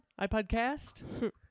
ipodcast